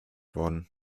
worden